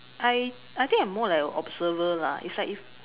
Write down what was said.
I I think I am more like an observer lah is like if